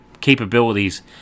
capabilities